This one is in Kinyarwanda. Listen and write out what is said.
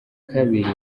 kabiri